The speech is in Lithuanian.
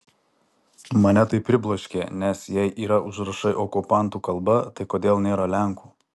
mane tai pribloškė nes jei yra užrašai okupantų kalba tai kodėl nėra lenkų